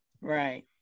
Right